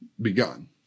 begun